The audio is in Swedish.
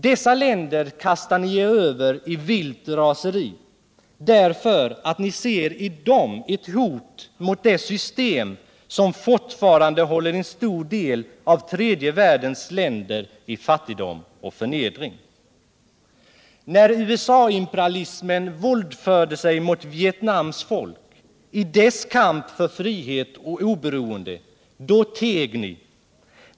Dessa länder kastar ni er över i vilt raseri, därför att ni ser i dem ett hot mot det system som fortfarande håller en stor del av tredje världens länder i fattigdom och förnedring. När USA-imperialismen våldförde sig mot Vietnams folk i dess kamp för frihet och oberoende, då teg ni.